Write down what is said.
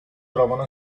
trovano